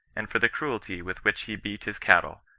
and for the cruelty with which he beat his cattle,